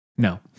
No